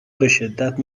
بشدت